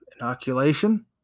inoculation